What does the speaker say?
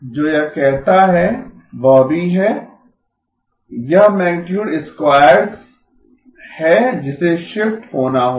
जो यह कहता है वह भी है ठीक है यह मैगनीटुड स्क्वायर्स है जिसे शिफ्ट होना होगा